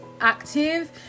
active